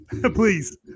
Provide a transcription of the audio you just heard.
please